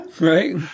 right